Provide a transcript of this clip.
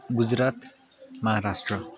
Gujarat Maharashtra